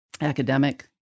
academic